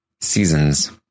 seasons